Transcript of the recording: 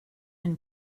and